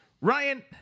Ryan